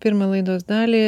pirmą laidos dalį